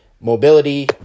mobility